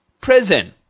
prison